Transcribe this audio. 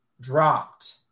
dropped